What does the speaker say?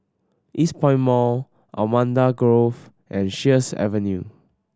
Eastpoint Mall Allamanda Grove and Sheares Avenue